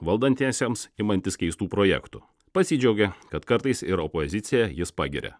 valdantiesiems imantis keistų projektų pasidžiaugė kad kartais ir opoziciją jis pagiria